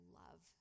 love